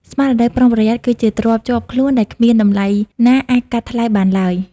ស្មារតីប្រុងប្រយ័ត្នគឺជាទ្រព្យជាប់ខ្លួនដែលគ្មានតម្លៃណាអាចកាត់ថ្លៃបានឡើយ។